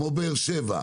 כמו באר שבע,